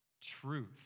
truth